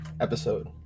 episode